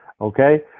Okay